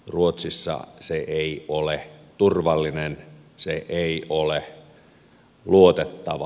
ruotsissa se ei ole turvallinen se ei ole luotettava